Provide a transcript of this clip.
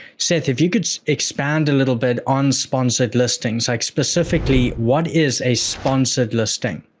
seth, if you could expand a little bit on sponsored listings, like specifically what is a sponsored listing?